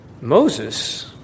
moses